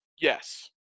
Yes